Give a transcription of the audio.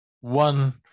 one